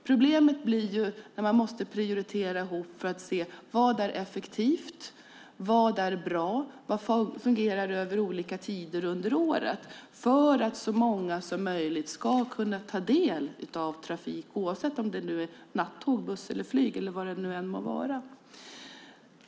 Problemet uppstår när man måste göra prioriteringar för att se vad som är effektivt och bra och vad som fungerar på olika tider under året för att så många som möjligt ska kunna ta del av trafiken, oavsett om det gäller nattåg, buss, flyg eller vad det än må vara.